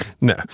No